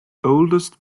oldest